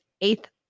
eighth